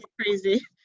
crazy